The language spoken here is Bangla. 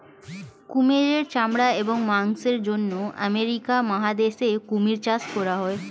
কুমিরের চামড়া এবং মাংসের জন্য আমেরিকা মহাদেশে কুমির চাষ করা হয়